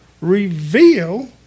Reveal